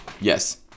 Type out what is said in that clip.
Yes